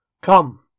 Come